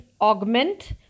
augment